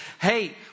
hey